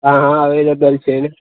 હા હા અવેલેબલ છે ને